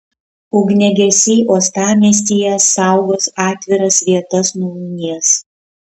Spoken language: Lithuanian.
ugniagesiai uostamiestyje saugos atviras vietas nuo ugnies